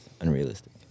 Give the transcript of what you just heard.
unrealistic